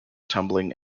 tumbling